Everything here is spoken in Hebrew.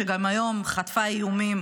שגם היום חטף איומים,